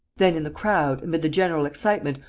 then, in the crowd, amid the general excitement,